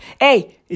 Hey